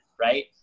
right